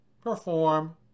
perform